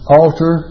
altar